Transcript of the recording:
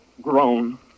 grown